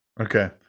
Okay